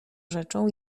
rzeczą